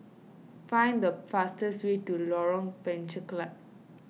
find the fastest way to Lorong Penchalak